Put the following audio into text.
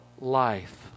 life